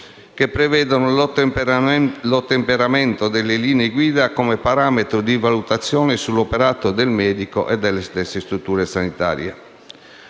che prevedono l'ottemperamento delle linee guida come parametro di valutazione sull'operato del medico e delle stesse strutture sanitarie.